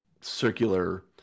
circular